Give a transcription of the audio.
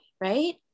right